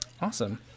Awesome